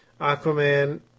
Aquaman